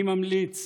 אני ממליץ